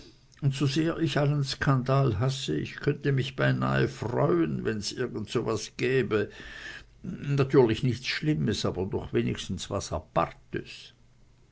und sosehr ich allen skandal hasse ich könnte mich beinah freuen wenn's irgend so was gäbe natürlich nichts schlimmes aber doch wenigstens was